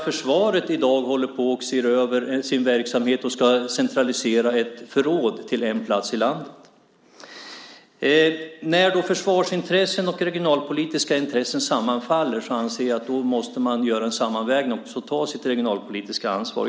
Försvaret ser i dag över sin verksamhet och ska centralisera ett förråd till en plats i landet. När försvarsintressen och regionalpolitiska intressen sammanfaller anser jag att man måste göra en sammanvägning och ta sitt regionalpolitiska ansvar.